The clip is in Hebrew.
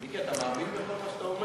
מיקי, אתה מאמין בכל מה שאתה אומר?